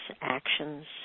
actions